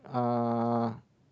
uh